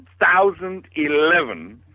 2011